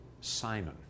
Simon